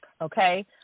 okay